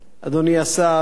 אדוני השר,